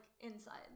inside